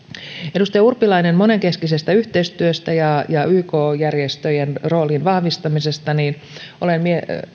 edustaja urpilainen monenkeskisestä yhteistyöstä ja yk järjestöjen roolin vahvistamisesta olen